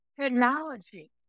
technology